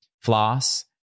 floss